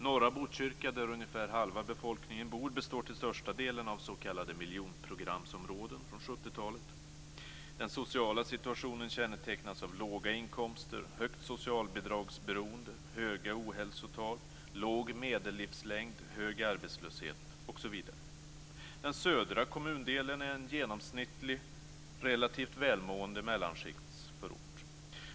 Norra Botkyrka, där ungefär hälften av befolkningen bor, består till största delen av så kallade miljonprogramsområden från 1970-talet. Den sociala situationen kännetecknas av låga inkomster, högt socialbidragsberoende, höga ohälsotal, låg medellivslängd, hög arbetslöshet osv. Den södra kommundelen är en genomsnittlig, relativt välmående mellanskiktsförort.